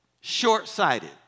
short-sighted